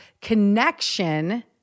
connection